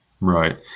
Right